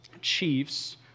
chiefs